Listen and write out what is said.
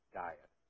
diet